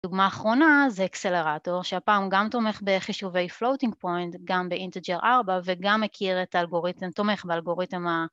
דוגמה אחרונה זה אקסלרטור, שהפעם גם תומך בחישובי floating point, גם באינטג'ר 4, וגם מכיר את האלגוריתם, תומך באלגוריתם ה...